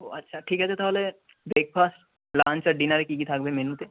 ও আচ্ছা ঠিক আছে তাহলে ব্রেকফাস্ট লাঞ্চ আর ডিনারে কী কী থাকবে মেনুতে